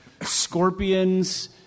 scorpions